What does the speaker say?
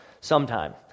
sometime